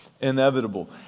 inevitable